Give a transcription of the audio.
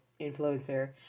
influencer